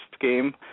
game